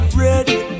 ready